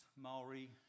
Maori